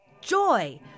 joy